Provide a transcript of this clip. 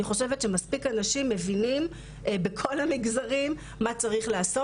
אני חושבת שמספיק אנשים מבינים בכל המגזרים מה צריך לעשות,